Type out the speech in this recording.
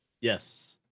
Yes